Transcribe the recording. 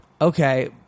Okay